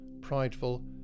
prideful